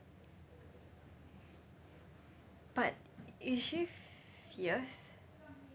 but is she fierce